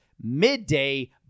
midday